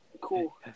Cool